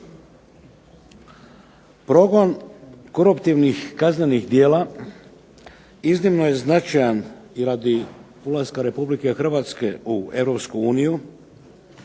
Progon koruptivnih kaznenih djela iznimno je značajan i radi ulaska Republike Hrvatske u